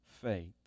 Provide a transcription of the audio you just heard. faith